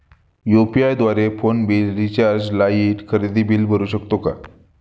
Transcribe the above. UPI द्वारे phone bill, recharge, light, खरेदी bill भरू शकतो का?